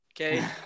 okay